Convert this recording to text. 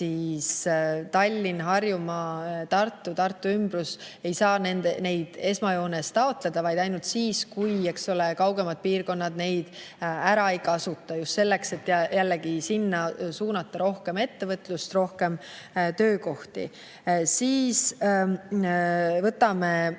siis Tallinn, Harjumaa, Tartu, Tartu ümbrus ei saa neid esmajoones taotleda, vaid ainult siis, kui kaugemad piirkonnad neid ära ei kasuta. [See on] just selleks, et jällegi sinna suunata rohkem ettevõtlust, rohkem töökohti. Või võtame